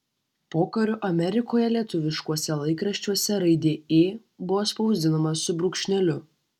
pokariu amerikoje lietuviškuose laikraščiuose raidė ė buvo spausdinama su brūkšneliu